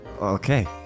Okay